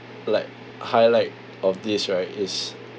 like highlight of this right is